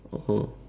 oh